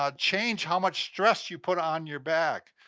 ah change how much stress you put on your back.